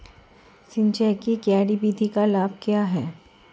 सिंचाई की क्यारी विधि के लाभ क्या हैं?